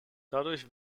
dadurch